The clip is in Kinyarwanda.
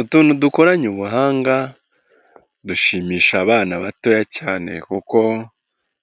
Utuntu dukoranye ubuhanga dushimisha abana batoya cyane kuko